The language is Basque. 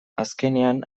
azkenean